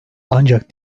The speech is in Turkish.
ancak